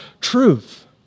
truth